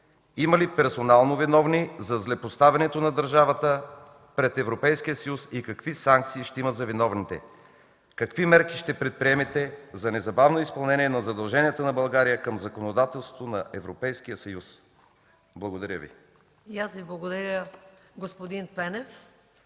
Има ли персонално виновни за злепоставянето на държавата пред Европейския съюз и какви санкции ще има за виновните? Какви мерки ще предприемете за незабавно изпълнение на задълженията на България към законодателството на Европейския съюз? Благодаря Ви. ПРЕДСЕДАТЕЛ МАЯ МАНОЛОВА: И аз Ви благодаря, господин Пенев.